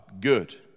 Good